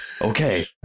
okay